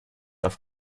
darf